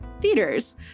theaters